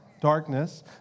darkness